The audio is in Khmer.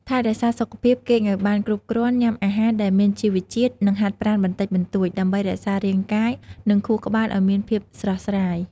ថែរក្សាសុខភាព គេងឱ្យបានគ្រប់គ្រាន់ ញ៉ាំអាហារដែលមានជីវជាតិ និងហាត់ប្រាណបន្តិចបន្តួច ដើម្បីរក្សារាងកាយ និងខួរក្បាលឱ្យមានភាពស្រស់ស្រាយ។